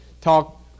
talk